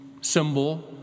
symbol